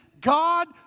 God